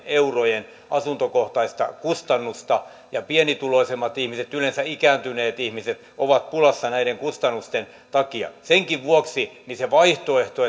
eurojen asuntokohtaista kustannusta ja pienituloisemmat ihmiset yleensä ikääntyneet ihmiset ovat pulassa näiden kustannusten takia senkin vuoksi se vaihtoehto